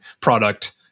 product